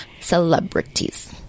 Celebrities